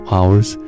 Hours